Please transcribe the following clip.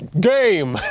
Game